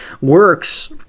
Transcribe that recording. works